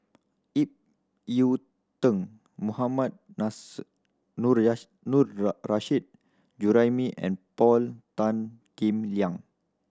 Ip Yiu Tung Mohammad Nars Juraimi and Paul Tan Kim Liang